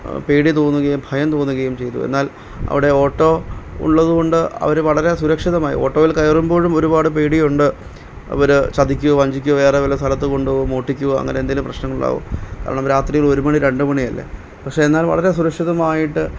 പേടി തോന്നുകയും ഭയം തോന്നുകയും ചെയ്തു എന്നാൽ അവിടെ ഓട്ടോ ഉള്ളത് കൊണ്ട് അവർ വളരെ സുരക്ഷിതമായി ഓട്ടോയിൽ കയറുമ്പോഴും ഒരുപാട് പേടിയുണ്ട് അവർ ചതിക്കോ വഞ്ചിക്കോ വേറെ വല്ല സലത്ത് കൊണ്ട് പോവോ മോഷ്ടിക്കുമോ അങ്ങനെ എന്തേലും പ്രശ്നങ്ങൾ ആവും കാരണം രാത്രി ഒരു മണി രണ്ട് മണി അല്ലെ പക്ഷേ എന്നാൽ വളരെ സുരക്ഷിതമായിട്ട്